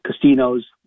casinos